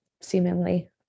seemingly